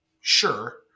sure